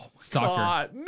soccer